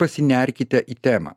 pasinerkite į temą